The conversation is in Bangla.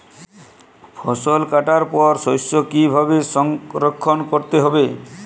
ফসল কাটার পর শস্য কীভাবে সংরক্ষণ করতে হবে?